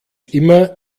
immer